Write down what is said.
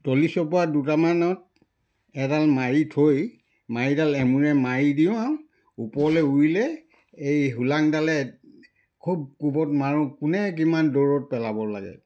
দলি চপৰা দুটামানত এডাল মাৰি থৈ মাৰিডাল এমোৰে মাৰি দিওঁ আৰু ওপৰলৈ উৰিলে এই হোলাংডালে খুব কোবত মাৰোঁ কোনে কিমান দূৰত পেলাব লাগে